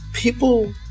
People